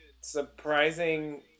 surprising